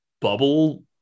bubble